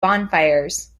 bonfires